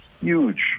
huge